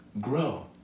grow